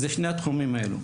זה שני התחומים האלה.